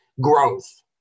growth